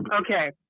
okay